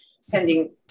sending